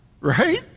Right